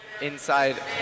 inside